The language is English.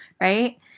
right